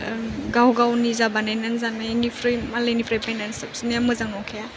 गाव गाव निजा बानायनानै जानायनिख्रुइ मालायनिफ्राय बायनानै जाफैनाया मोजां नंखाया